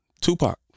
Tupac